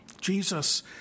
Jesus